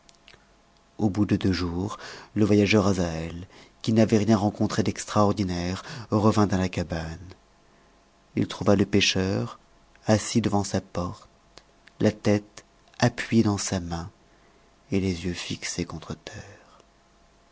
au bout de deux jours le voyageur azaël qui n'avait rien rencontré d'extraordinaire revint à la cabane il trouva le pêcheur assis devant sa porte la tête appuyée dans sa main et les yeux fixés contre terre